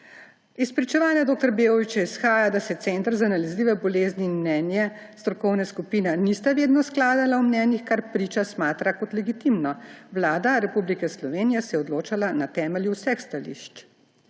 Iz pričevanja dr. Beovićeve izhaja, da se center za nalezljive bolezni in mnenje strokovne skupine nista vedno skladala v mnenjih, kar priča smatra za legitimno. Vlada Republike Slovenije se je odločala na temelju vseh stališč.